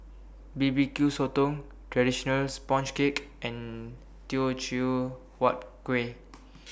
B B Q Sotong Traditional Sponge Cake and Teochew Huat Kueh